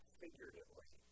figuratively